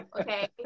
Okay